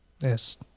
Yes